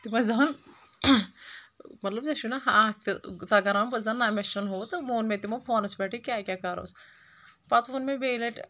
تِم ٲسۍ دپان مطلب ژےٚ چھُ نا ہاکھ تہِ تگان رنُن بہٕ ٲسس دپان نہ مےٚ چھُنہٕ ہُہ تہٕ ووٚن مےٚ تِمو فونس پٮ۪ٹھے کیاہ کیاہ کرُس پتہٕ ووٚن مےٚ بییٚہِ لٹہِ